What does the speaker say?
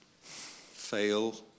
fail